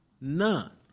None